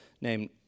named